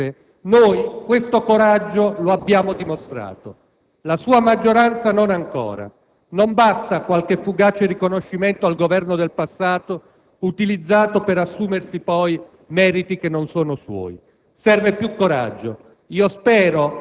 con la proposta del Governo di larghe intese, noi questo coraggio lo abbiamo dimostrato; la sua maggioranza non ancora. Non basta qualche fugace riconoscimento al Governo del passato, utilizzato per assumersi poi meriti che non sono suoi: